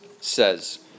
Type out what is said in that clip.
says